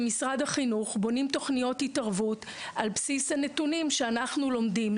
במשרד החינוך בונים תוכניות התערבות על בסיס הנתונים שאנחנו לומדים.